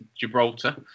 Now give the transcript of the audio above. Gibraltar